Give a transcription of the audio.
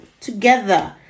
together